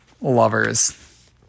lovers